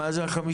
מה זה ה-50?